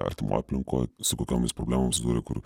artimoj aplinkoj su kokiom jis problemom susidūrė kur